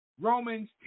Romans